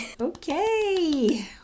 Okay